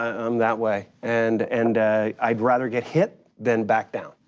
i'm that way. and and i'd rather get hit than back down.